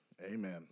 Amen